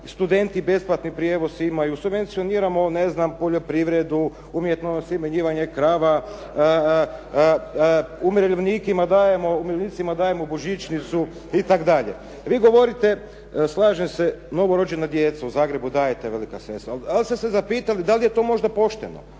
studenti besplatni prijevoz imaju. Subvencioniramo ne znam poljoprivredu, umjetno osjemejivanje krava, umirovljenicima dajemo božićnicu itd. Vi govorite, slažem se, novorođenu djecu u Zagrebu dajete velika sredstva. Ali da li ste se zapitali da li je to možda pošteno,